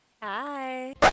Hi